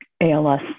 ALS